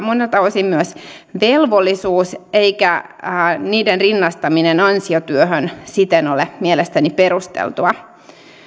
monelta osin myös velvollisuus eikä niiden rinnastaminen ansiotyöhön siten ole mielestäni perusteltua